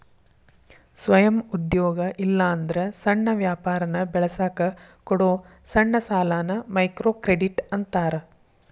ಸ್ವಯಂ ಉದ್ಯೋಗ ಇಲ್ಲಾಂದ್ರ ಸಣ್ಣ ವ್ಯಾಪಾರನ ಬೆಳಸಕ ಕೊಡೊ ಸಣ್ಣ ಸಾಲಾನ ಮೈಕ್ರೋಕ್ರೆಡಿಟ್ ಅಂತಾರ